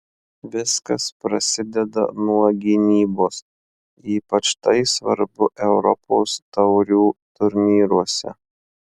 viskas prasideda nuo gynybos ypač tai svarbu europos taurių turnyruose